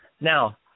Now